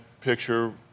picture